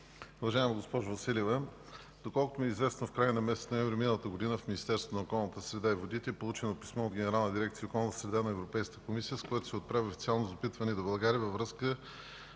България във връзка